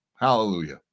Hallelujah